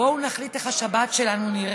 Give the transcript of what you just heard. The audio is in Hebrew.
בואו נחליט איך השבת שלנו נראית,